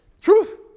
Truth